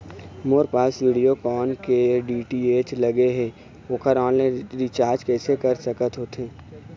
मोर पास वीडियोकॉन के डी.टी.एच लगे हे, ओकर ऑनलाइन रिचार्ज कैसे कर सकत होथे?